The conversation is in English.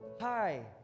Hi